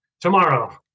tomorrow